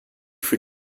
für